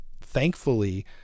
thankfully